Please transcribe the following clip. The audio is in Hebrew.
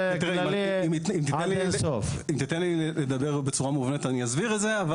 אם תיתן לי לדבר בצורה מובנית, אני אסביר את זה.